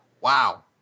Wow